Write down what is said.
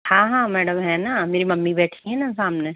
हाँ हाँ मैडम है ना मेरी मम्मी बैठी है ना सामने